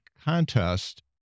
contest